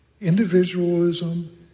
individualism